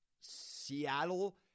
Seattle